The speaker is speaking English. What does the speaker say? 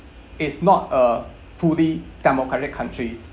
it's not a fully democratic country